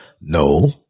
No